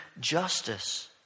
justice